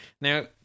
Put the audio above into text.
Now